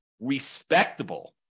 respectable